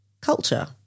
culture